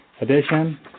edition